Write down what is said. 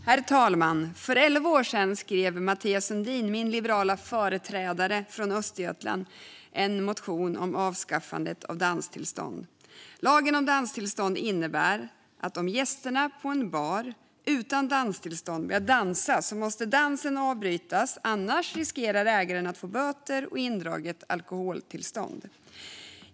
Herr talman! För elva år sedan skrev Mathias Sundin, min liberala företrädare från Östergötland, en motion om avskaffandet av danstillstånd. Lagen om danstillstånd innebär att om gästerna på en bar utan danstillstånd börjar dansa måste dansen avbrytas, annars riskerar ägaren att få böter och indraget alkoholtillstånd.